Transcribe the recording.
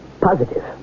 positive